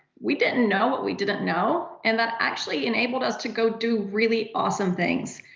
we didn't know what we didn't know. and that actually enabled us to go do really awesome things.